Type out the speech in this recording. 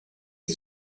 est